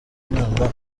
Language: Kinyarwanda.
n’inama